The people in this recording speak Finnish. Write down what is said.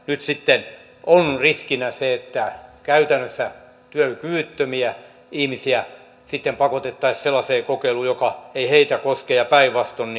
nyt sitten on riskinä se että käytännössä työkyvyttömiä ihmisiä pakotettaisiin sellaiseen kokeiluun joka ei heitä koske ja päinvastoin